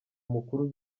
mukuru